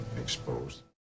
exposed